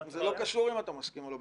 לא קשור אם אתה מסכים או לא.